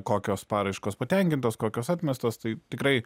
kokios paraiškos patenkintos kokios atmestos tai tikrai